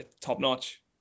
Top-notch